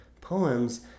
poems